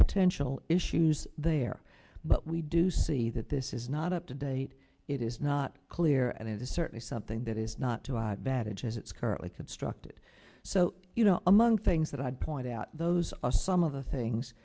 potential issues there but we do see that this is not up to date it is not clear and it is certainly something that is not to our bad edge as it's currently constructed so you know among things that i'd point out those are some of the things